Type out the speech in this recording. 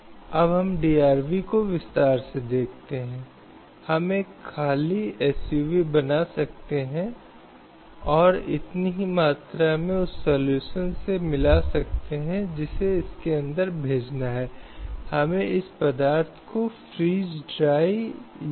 इसलिए अगर कोई डांस बार में रहना चाहता है या कोई शराब वगैरह परोसने वाले बार में रहना चाहता है तो महिलाएं उन जगहों पर भी काम करने के लिए स्वतंत्र हैं और यह महिलाओं की सुरक्षा सुनिश्चित करने के लिए राज्य के लिए है लेकिन किसी भी प्रकार का अनुचित भेदभाव जो महिलाओं को उनकी पेशेवर पसंद के मामले में प्रभावित करता है उन्हें राज्य द्वारा अनुमति नहीं दी जा सकती है